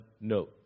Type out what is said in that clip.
no